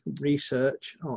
research